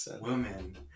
women